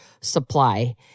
supply